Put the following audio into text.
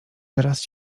teraz